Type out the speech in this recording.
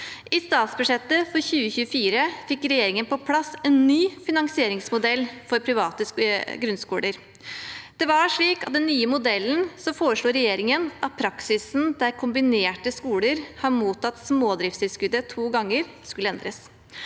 I statsbudsjettet for 2024 fikk regjeringen på plass en ny finansieringsmodell for private grunnskoler. I den nye modellen foreslo regjeringen at praksisen der kombinerte skoler har mottatt smådriftstilskuddet to ganger, skulle endres.